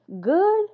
good